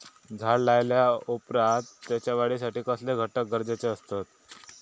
झाड लायल्या ओप्रात त्याच्या वाढीसाठी कसले घटक गरजेचे असत?